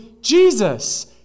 Jesus